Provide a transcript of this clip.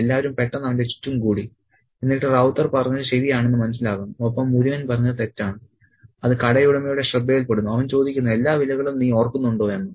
എല്ലാവരും പെട്ടെന്ന് അവന്റെ ചുറ്റും കൂടി എന്നിട്ട് റൌത്തർ പറഞ്ഞത് ശരിയാണെന്ന് മനസ്സിലാക്കുന്നു ഒപ്പം മുരുകൻ പറഞ്ഞത് തെറ്റാണ് അത് കടയുടമയുടെ ശ്രദ്ധയിൽ പെടുന്നു അവൻ ചോദിക്കുന്നു എല്ലാ വിലകളും നീ ഓർക്കുന്നുണ്ടോ എന്ന്